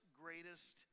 greatest